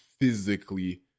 physically